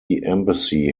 embassy